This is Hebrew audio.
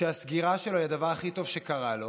שהסגירה שלו היא הדבר הכי טוב שקרה לו,